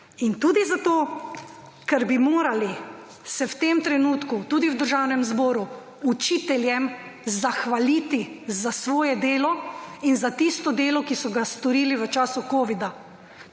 In tudi zato, ker bi morali se v tem trenutku tudi v Državnem zboru učiteljem zahvaliti za svoje delo in za tisto delo, ki so ga storili v času Covid-a,